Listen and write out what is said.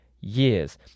years